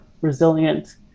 resilient